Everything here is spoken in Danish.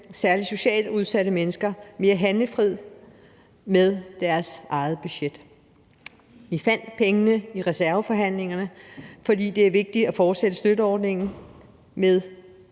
særlig socialt udsatte mennesker mere handlefrihed i forhold til deres eget budget. Vi fandt pengene i forhandlingerne om reserven, fordi det er vigtigt at fortsætte støtteordningen med